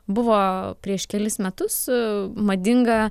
buvo prieš kelis metus madinga